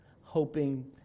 hoping